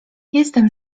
jestem